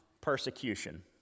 persecution